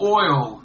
oil